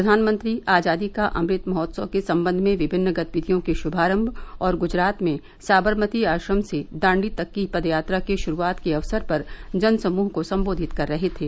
प्रघानमंत्री आजादी का अमृत महोत्सव के संबंध में विभिन्न गतिविधियों के श्मारम और ग्जरात में साबरमती आश्रम से दांडी तक की पदयात्रा के शुरूआत के अवसर पर जन समूह को संबोधित कर रहे थे